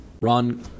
Ron